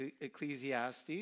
Ecclesiastes